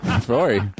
Sorry